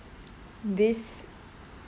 this